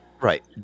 Right